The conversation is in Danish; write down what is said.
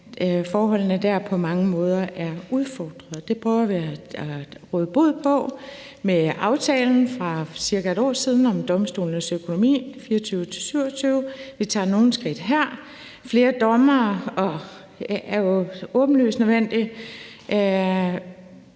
forholdene dér på mange måder er udfordret. Det prøver vi at råde bod på med aftalen fra for cirka et år siden om domstolenes økonomi 2024-2027. Vi tager nogle skridt her: flere dommere, som jo åbenlyst er nødvendigt,